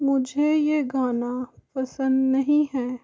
मुझे यह गाना पसंद नहीं है